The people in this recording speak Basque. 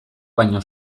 baino